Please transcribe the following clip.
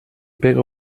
pega